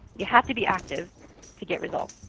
you have to be active to get results.